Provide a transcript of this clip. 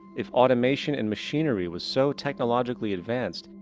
if automation and machinery was so technologically advanced,